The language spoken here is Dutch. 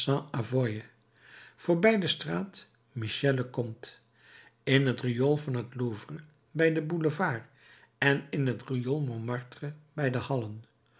voorbij de straat michel le comte in het riool van het louvre bij den boulevard en in het riool montmartre bij de hallen